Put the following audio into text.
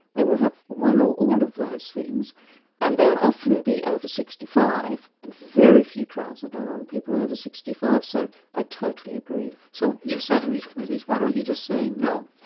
they will have one or all of those things and they'll often be over sixty five and very few trials are done on people over sixty five. so i totally agree. so you've sat in these committees, why don't you just say no?